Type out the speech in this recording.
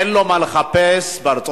אין לו מה לחפש בארצות-הברית.